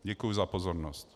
Děkuji za pozornost.